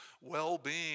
well-being